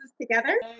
together